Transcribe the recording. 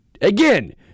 Again